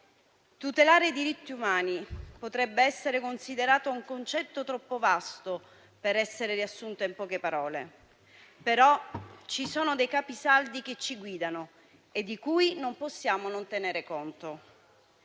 Tutelare i diritti umani potrebbe essere considerato un concetto troppo vasto per essere riassunto in poche parole; ci sono, però, dei capisaldi che ci guidano e di cui non possiamo non tenere conto.